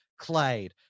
clade